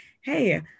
hey